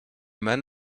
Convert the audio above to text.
men